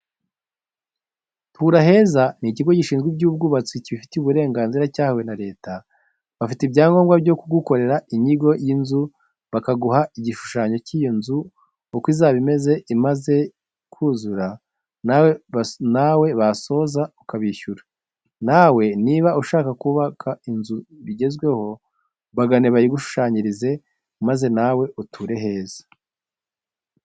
Tura heza ni ikigo gishinzwe iby'ubwubatsi kibifitiye uburenganzira cyahawe na leta, bafite ibyangombwa byo kugukorera inyigo y'inzu bakaguha igishushanyo cy'iyo nzu uko izaba imeze imaze kuzura, nawe basoza ukabishyura. Nawe niba ushaka kubaka inzu bigezweho bagane bayigushushanyirize, maze nawe uture heza.